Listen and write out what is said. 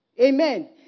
Amen